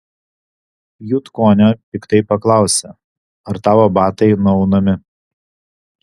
jutkonio piktai paklausė ar tavo batai nuaunami